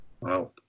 Wow